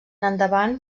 endavant